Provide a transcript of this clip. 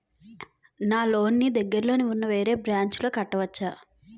నా లోన్ నీ దగ్గర్లోని ఉన్న వేరే బ్రాంచ్ లో కట్టవచా?